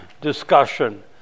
discussion